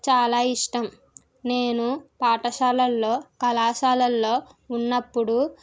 చాలా ఇష్టం నేను పాఠశాలల్లో కళాశాలల్లో ఉన్నప్పుడు